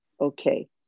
Okay